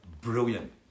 Brilliant